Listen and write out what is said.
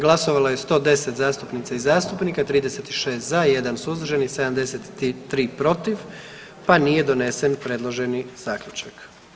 Glasovalo je 110 zastupnica i zastupnika, 36 za, 1 suzdržani, 73 protiv pa nije donesen predloženi zaključak.